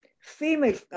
female